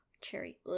cherry